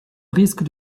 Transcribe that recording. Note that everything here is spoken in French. risque